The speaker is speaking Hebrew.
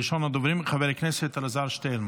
ראשון הדוברים, חבר הכנסת אלעזר שטרן,